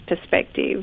perspective